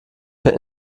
per